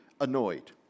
annoyed